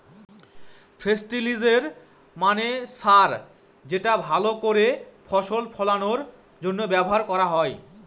ফেস্টিলিজের মানে সার যেটা ভাল করে ফসল ফলানোর জন্য ব্যবহার করা হয়